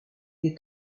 est